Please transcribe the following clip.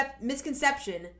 misconception